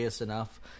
enough